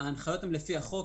ההנחיות הן לפי החוק.